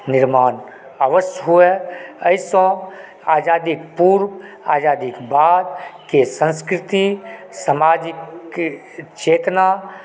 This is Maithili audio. निर्माण अवश्य हुअए एहिसँ आजादीके पूर्व आजादीके बादके संस्कृति सामाजिक चेतना